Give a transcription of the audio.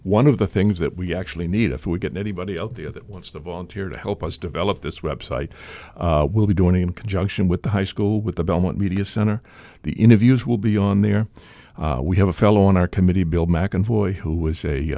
one of the things that we actually need if we get anybody out there that wants to volunteer to help us develop this website we'll be doing in conjunction with the high school with the belmont media center the interviews will be on there we have a fellow on our committee bill mcavoy who was a